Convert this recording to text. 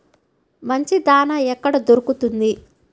మంచి దాణా ఎక్కడ దొరుకుతుంది?